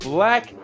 Black